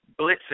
blitzing